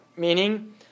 Meaning